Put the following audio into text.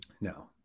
No